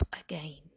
again